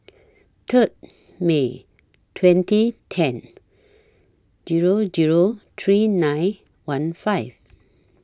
Third May twenty ten Zero Zero three nine one five